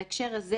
בהקשר הזה